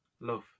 love